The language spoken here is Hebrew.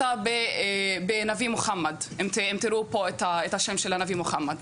אם תראו פה את השם של הנביא מוחמד.